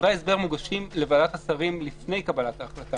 דברי ההסבר מוגשים לוועדת השרים לפני קבלת ההחלטה.